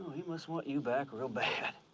he must want you back real bad.